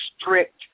strict